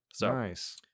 Nice